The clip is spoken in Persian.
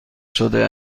شده